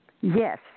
Yes